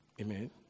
amen